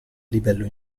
livello